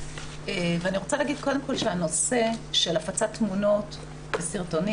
ואני רוצה להגיד קודם כל שהנושא של הפצת תמונות וסרטונים